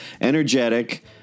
energetic